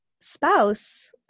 spouse